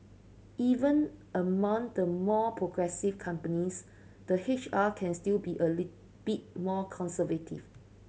even among the more progressive companies the H R can still be a bit more conservative